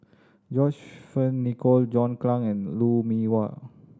John Fearns Nicoll John Clang and Lou Mee Wah